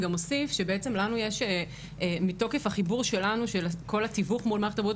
אני גם אוסיף שיש לנו מתוקף החיבור שלנו של כל התיווך מול מערכת הבריאות